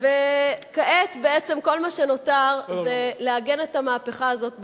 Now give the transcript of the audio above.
כעת כל מה שנותר זה לעגן את המהפכה הזאת בחוק.